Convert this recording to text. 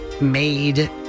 made